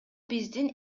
биздин